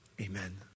Amen